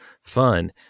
fun